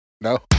No